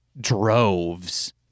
droves